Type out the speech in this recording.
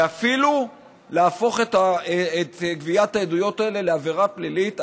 ואפילו להפוך את גביית העדויות האלה לעבירה פלילית,